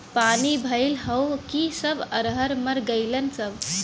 पानी भईल हउव कि सब अरहर मर गईलन सब